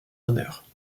honneur